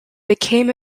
became